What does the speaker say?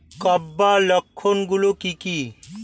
Scab লক্ষণ গুলো কি কি?